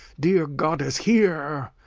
dear goddess, hear!